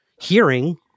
hearing